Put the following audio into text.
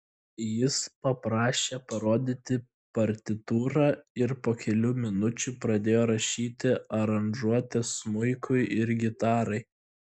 jis paprašė parodyti partitūrą ir po kelių minučių pradėjo rašyti aranžuotes smuikui ir gitarai